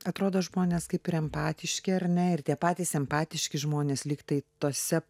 atrodo žmonės kaip ir empatiški ar ne ir tie patys simpatiški žmonės lyg tai tuose